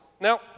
Now